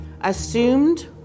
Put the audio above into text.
assumed